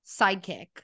sidekick